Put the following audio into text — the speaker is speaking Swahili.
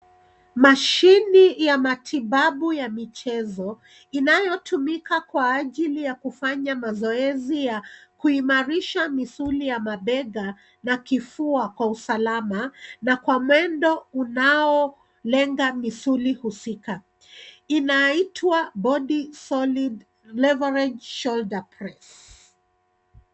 Mashine ya matibabu ya michezo, inayotumika kwa ajili ya kufanya mazoezi ya kuimarisha misuli ya mabega, na kifua kwa usalama, na kwa mwendo unaolenga misuli husika. Inaitwa body solid leverage shoulder press .